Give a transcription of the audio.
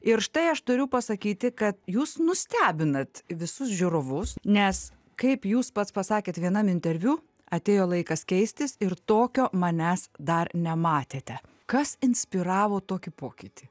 ir štai aš turiu pasakyti kad jūs nustebinat visus žiūrovus nes kaip jūs pats pasakėt vienam interviu atėjo laikas keistis ir tokio manęs dar nematėte kas inspiravo tokį pokytį